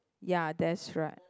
ya that's right